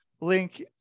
link